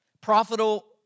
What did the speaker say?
Profitable